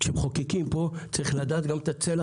כשמחוקקים פה צריך לדעת גם את הצלע